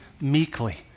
meekly